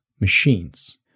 machines